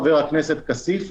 חבר הכנסת כסיף,